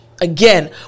Again